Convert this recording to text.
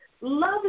Love